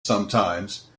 sometimes